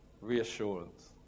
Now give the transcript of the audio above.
reassurance